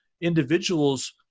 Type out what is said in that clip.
individuals